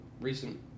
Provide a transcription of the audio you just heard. recent